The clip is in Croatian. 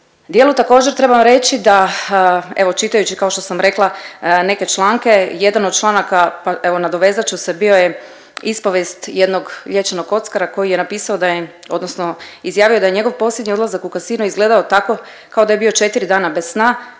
dijelu također trebam reći da, evo čitajući kao što sam rekla neke članke, jedan od članaka, pa evo nadovezat ću se, bio je ispovijest jednog liječenog kockara koji je napisao da je odnosno izjavio je da je njegov posljednji odlazak u kasino izgledao tako kao da je bio 4 dana bez sna